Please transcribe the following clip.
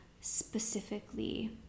specifically